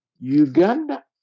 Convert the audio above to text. Uganda